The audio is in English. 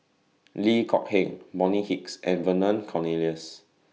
Loh Kok Heng Bonny Hicks and Vernon Cornelius